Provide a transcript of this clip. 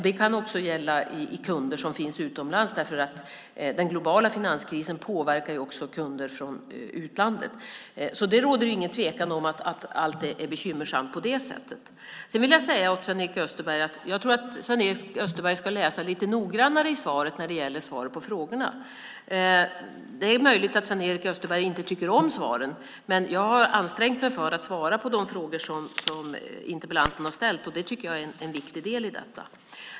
Det kan också gälla kunder som finns utomlands därför att den globala finanskrisen också påverkar kunder från utlandet. Det råder alltså ingen tvekan om att allt är bekymmersamt på det sättet. Jag tror att Sven-Erik Österberg ska läsa svaren på frågorna lite noggrannare. Det är möjligt att han inte tycker om svaren, men jag har ansträngt mig för att svara på de frågor som interpellanten har ställt, vilket jag tycker är en viktig del i detta.